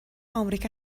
امریکا